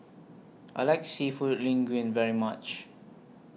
I like Seafood Linguine very much